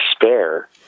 despair